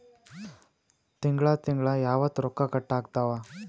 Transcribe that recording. ತಿಂಗಳ ತಿಂಗ್ಳ ಯಾವತ್ತ ರೊಕ್ಕ ಕಟ್ ಆಗ್ತಾವ?